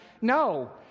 No